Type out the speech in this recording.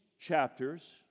chapters